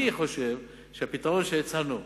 אני חושב שהפתרון שהצענו,